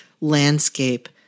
landscape